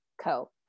Co